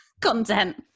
content